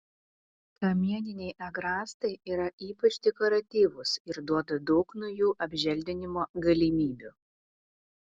kamieniniai agrastai yra ypač dekoratyvūs ir duoda daug naujų apželdinimo galimybių